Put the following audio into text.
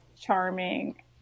charming